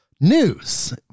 news